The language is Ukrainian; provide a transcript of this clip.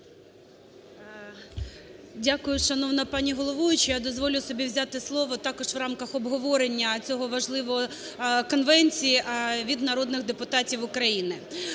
Дякую, шановна пані головуюча! Дозволю собі взяти слово також в рамках обговорення цієї важливої конвенції від народних депутатів України.